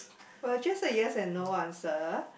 well just a yes and no answer